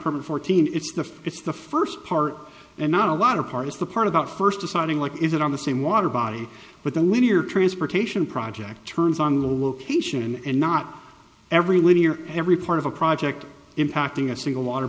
from fourteen it's the it's the first part and not a lot of part is the part about first deciding like is it on the same water body with a linear transportation project turns on location and not every linear every part of a project impacting a single water